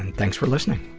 and thanks for listening.